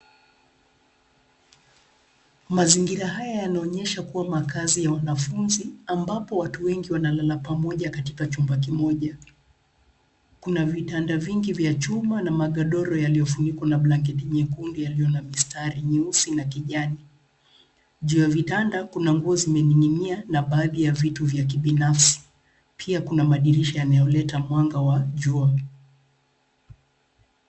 Mazingira haya yanaonyesha kuwa makazi ya wanafunzi, ambapo watu wengi wanalala pamoja katika chumba kimoja. Kuna vitanda vingi vya chuma na magodoro yaliyofunikwa na blanketi nyekundu yaliyo na mistari nyeusi na kijani. Juu ya vitanda kuna nguo zimening'inia na baadhi ya vitu vya kibinafsi. Pia kuna madirisha yanayoleta mwanga wa jua.